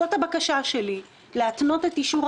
זאת הבקשה שלי, להתנות את אישור